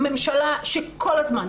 ממשלה שכל הזמן,